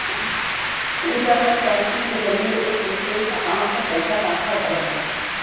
internet banking के जरिये एक से दूसरे अकांउट में पइसा ट्रांसफर करल जाला